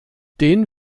den